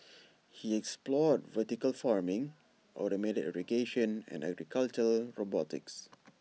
he explored vertical farming automated irrigation and agricultural robotics